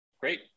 Great